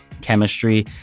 chemistry